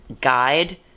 guide